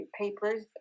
papers